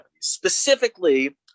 specifically